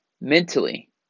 Mentally